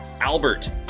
Albert